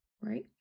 right